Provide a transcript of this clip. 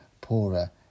poorer